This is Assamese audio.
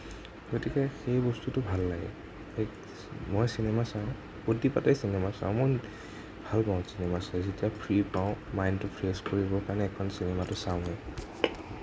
গতিকে সেই বস্তুটো ভাল লাগে মই চিনেমা চাওঁ চিনেমা চাওঁ মই ভাল পাওঁ চিনেমা চাই যেতিয়া ফ্ৰি পাওঁ মাইণ্ডটো ফ্ৰেছ কৰিবৰ কাৰণে এখন চিনেমাটো চাওঁৱেই